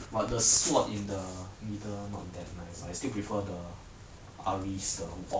but the swat in the middle not that nice lah I still prefer the ahri the warp